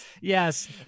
yes